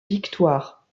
victoire